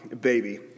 baby